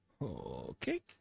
Okay